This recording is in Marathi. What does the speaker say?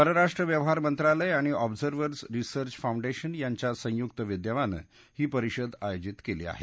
परराष्ट्र व्यवहार मंत्रालय आणि ऑबझव्हर रिसर्च फाऊंडेशन यांच्या संयुक्त विद्यमानं ही परिषद आयोजित केली आहे